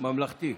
ממלכתי.